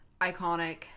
iconic